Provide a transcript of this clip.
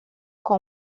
com